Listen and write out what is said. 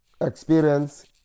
experience